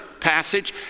passage